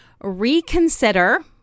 reconsider